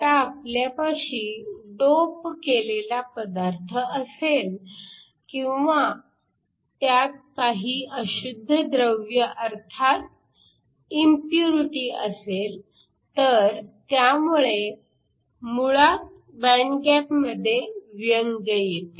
आता आपल्यापाशी डोप केलेला पदार्थ असेल किंवा त्यात काही अशुद्ध द्रव्य अर्थात इम्प्युरिटी असेल तर त्यामुळे मुळात बँड गॅपमध्ये व्यंग येते